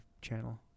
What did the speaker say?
channel